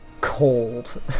cold